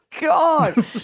God